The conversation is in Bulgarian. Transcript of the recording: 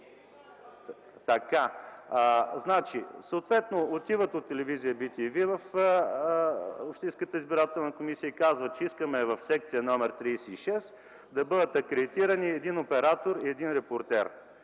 са две. Съответно отиват от телевизия BTV в общинската избирателна комисия и казват, че искат в секция № 36 да бъдат акредитирани един оператор и един репортер,